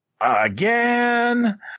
Again